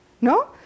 no